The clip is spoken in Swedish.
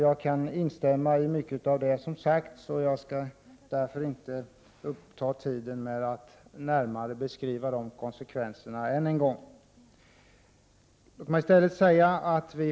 Jag kan instämma i mycket av det som sagts och skall därför inte uppta tiden med att närmare beskriva de konsekvenserna än en gång.